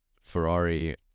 Ferrari